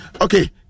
Okay